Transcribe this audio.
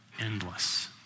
endless